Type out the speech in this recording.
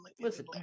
Listen